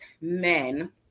men